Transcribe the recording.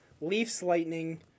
Leafs-Lightning